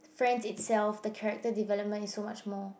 Friends itself the character development is so much more